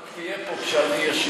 רק תהיה פה כשאני אשיב.